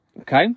okay